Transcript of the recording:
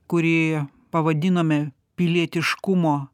kurį pavadinome pilietiškumo